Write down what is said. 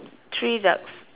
three ducks